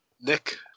Nick